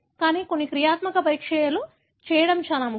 కానీ కొన్ని క్రియాత్మక పరీక్షలు చేయడం చాలా ముఖ్యం